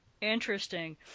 Interesting